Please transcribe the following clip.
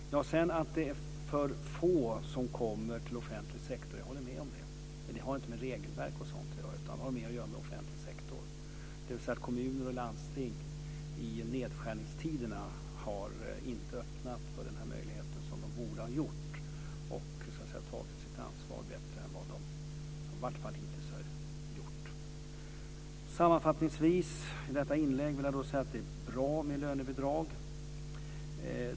Jag håller med att om det är för få som kommer till offentlig sektor. Men det har inte med regelverk att göra, utan det har mera att göra med offentlig sektor, dvs. att kommuner och landsting i nedskärningstiderna inte har öppnat för den här möjligheten så som de borde ha gjort och tagit sitt ansvar bättre än vad de i vart fall hittills har gjort. Sammanfattningsvis i detta inlägg vill jag säga att det är bra med lönebidrag.